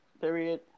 period